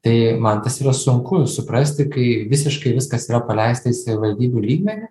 tai man tas yra sunku suprasti kai visiškai viskas yra paleista į savivaldybių lygmenį